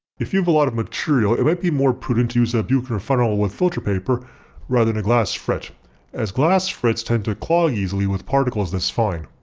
if you have a lot of material it might be more prudent to use a buchner funnel with filter paper rather than a glass frit as glass frits tend to clog easily with particles this fine.